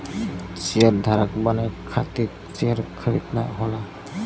शेयरधारक बने खातिर शेयर खरीदना होला